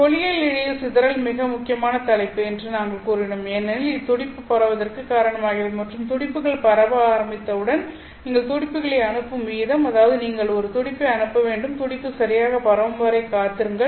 ஒளியியல் இழையில் சிதறல் மிக முக்கியமான தலைப்பு என்றும் நாங்கள் கூறினோம் ஏனெனில் இது துடிப்பு பரவுவதற்கு காரணமாகிறது மற்றும் துடிப்புகள் பரவ ஆரம்பித்தவுடன் நீங்கள் துடிப்புகளை அனுப்பும் வீதம் அதாவது நீங்கள் ஒரு துடிப்பை அனுப்ப வேண்டும் துடிப்பு சரியாக பரவும் வரை காத்திருங்கள்